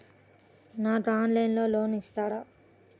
నాకు ఆన్లైన్లో లోన్ ఇస్తారా?